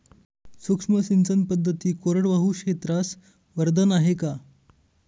सूक्ष्म सिंचन पद्धती कोरडवाहू क्षेत्रास वरदान आहे का?